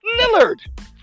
Lillard